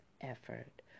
effort